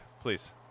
please